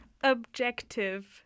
objective